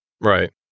Right